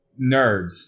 nerds